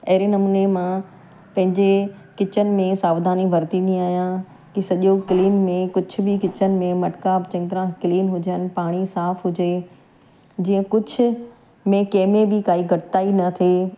अहिड़े नमूने मां पंहिंजे किचन में सावधानी वरतींदी आहियां की सॼो क्लीन में कुझु बि किचन में मटका चङी तरह क्लीन हुजनि पाणी साफ़ु हुजे जीअं कुझु में कंहिंमें बि काई घटिताई न थिए